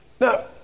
Now